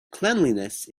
cleanliness